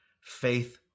faith